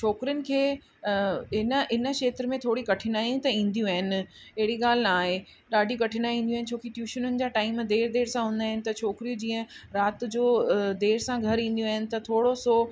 छोकिरियुनि खे इन इन खेत्र में थोरी कठिनायूं त ईंदियूं आहिनि अहिड़ी ॻाल्हि न आहे ॾाढी कठिनायूं ईंदियूं आहिनि छोकी ट्यूशनुनि जा टाइम देरि देरि सां हूंदा आहिनि त छोकिरियूं जीअं राति जो देरि सां घरु ईंदियूं आहिनि त थोरो सो